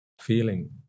feeling